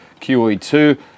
QE2